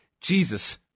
Jesus